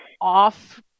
off